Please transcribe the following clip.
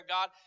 God